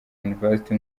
university